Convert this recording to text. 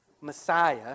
Messiah